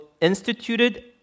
instituted